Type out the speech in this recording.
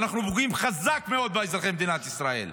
ואנחנו פוגעים חזק מאוד באזרחי מדינת ישראל.